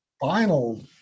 final